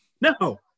No